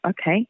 okay